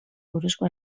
buruzko